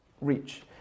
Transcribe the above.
reach